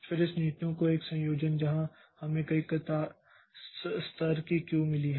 फिर इस नीतियों का एक संयोजन जहां हमें कई स्तर की क्यू मिली हैं